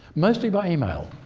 mostly by email.